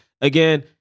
again